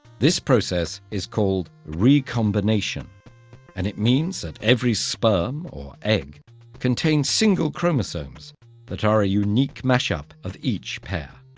this process is called recombination, and it means that every sperm or egg contains single chromosomes that are a unique mash up of each pair.